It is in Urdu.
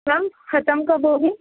میم ختم کب ہوگی